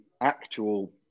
actual